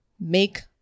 Make